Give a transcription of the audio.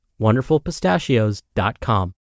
wonderfulpistachios.com